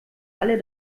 alle